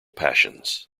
passions